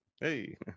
Hey